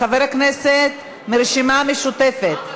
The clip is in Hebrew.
חברי הכנסת מהרשימה המשותפת,